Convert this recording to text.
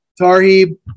Tarheeb